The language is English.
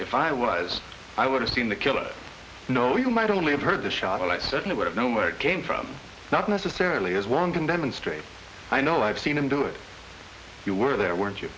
if i was i would assume the killer no you might only have heard the shot but i certainly would have known where it came from not necessarily as one can demonstrate i know i've seen him do it if you were there weren't you